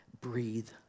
breathe